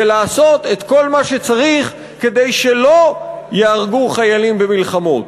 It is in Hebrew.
לעשות את כל מה שצריך כדי שלא ייהרגו חיילים במלחמות.